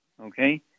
Okay